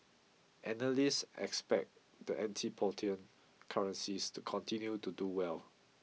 analysts expect the antipodean currencies to continue to do well